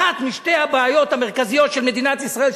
אחת משתי הבעיות המרכזיות של מדינת ישראל,